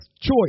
choice